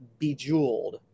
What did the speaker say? bejeweled